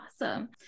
awesome